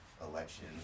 Election